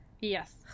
Yes